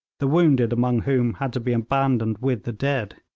the wounded among whom had to be abandoned with the dead.